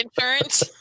insurance